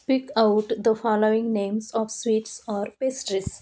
speak out the following names of sweets or pastries